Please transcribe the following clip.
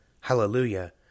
HALLELUJAH